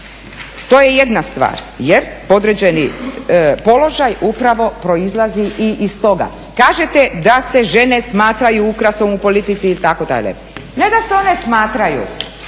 To je jedna stvar jer podređeni položaj upravo proizlazi i iz toga. Kažete da se žene smatraju ukrasom u politici, itd. Ne da se one smatraju,